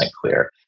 clear